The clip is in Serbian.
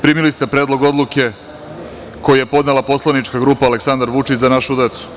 Primile ste Predlog odluke koji je podnela poslanička grupa Aleksandar Vučić – Za našu decu.